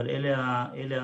אבל אלה המספרים.